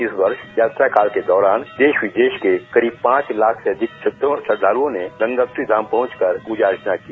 इस वर्ष यात्रा काल के दौरान देश विदेश के करीब पांच लाख से अधिक भक्तों और श्रद्धाल्रओं ने गंगोत्री धाम पहुंचकर पूजा अर्चना की